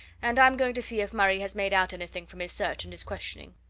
and i'm going to see if murray has made out anything from his search and his questioning.